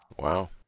Wow